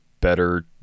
better